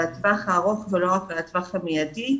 לטווח הארוך ולא לטווח המיידי,